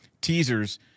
teasers